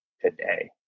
today